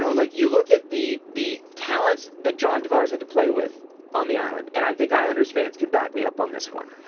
know like you look at the the talents thatjohn tavares had to play with on the island, and i think islanders fans can back me up on this one,